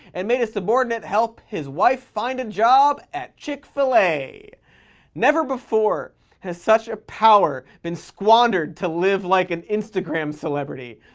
and made a subordinate help his wife find a job at chick-fil-a. never before has such a power been squandered to live like an instagram celebrity.